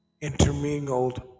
intermingled